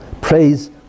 Praise